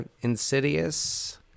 Insidious